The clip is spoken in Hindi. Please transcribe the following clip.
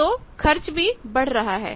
तो खर्च भी बढ़ रहा है